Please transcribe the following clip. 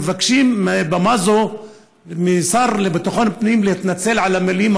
אנחנו מבקשים מבמה זו מהשר לביטחון פנים להתנצל על המילים